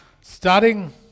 starting